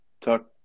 Tuck